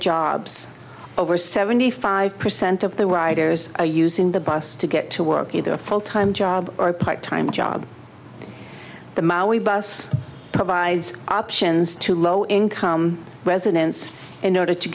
jobs over seventy five percent of the riders are using the bus to get to work either a full time job or a part time job the maoi bus provides options to low income residents in order to